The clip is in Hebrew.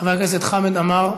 חבר הכנסת חמד עמר,